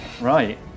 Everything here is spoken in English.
Right